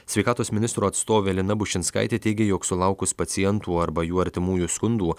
sveikatos ministro atstovė lina bušinskaitė teigė jog sulaukus pacientų arba jų artimųjų skundų